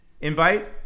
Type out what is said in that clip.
invite